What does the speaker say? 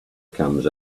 comes